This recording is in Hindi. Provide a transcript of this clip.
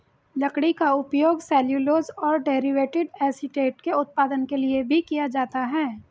लकड़ी का उपयोग सेल्यूलोज और डेरिवेटिव एसीटेट के उत्पादन के लिए भी किया जाता है